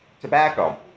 tobacco